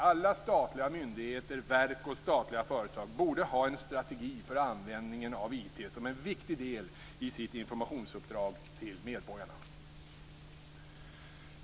Alla statliga myndigheter, verk och statliga företag borde ha en strategi för användningen av IT som en viktig del i sitt informationsuppdrag till medborgarna.